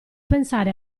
pensare